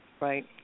Right